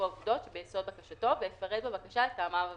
העובדות שביסוד בקשתו ויפרט בבקשה את טעמיו המיוחדים.